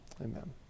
Amen